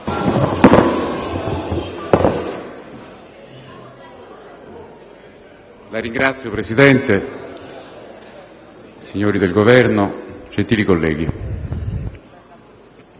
Signor Presidente, signori del Governo, gentili colleghi